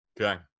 Okay